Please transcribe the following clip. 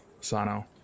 Sano